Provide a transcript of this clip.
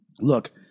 look